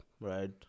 right